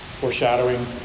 Foreshadowing